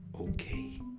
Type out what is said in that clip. okay